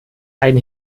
ein